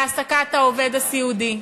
להעסקת העובד הסיעודי,